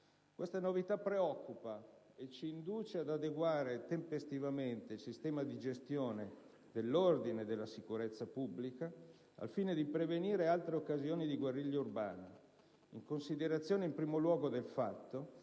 Questa novità preoccupa e ci induce ad adeguare tempestivamente il sistema di gestione dell'ordine e della sicurezza pubblica, al fine di prevenire altre occasioni di guerriglia urbana, in considerazione in primo luogo del fatto